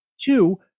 Two